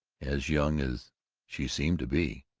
as young as she seemed to be.